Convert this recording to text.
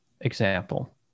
example